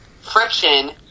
friction